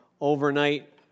overnight